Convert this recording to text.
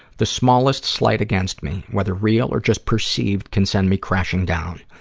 the smallest slight against me, whether real or just perceived, can send me crashing down.